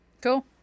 Cool